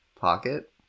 pocket